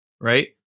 right